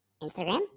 Instagram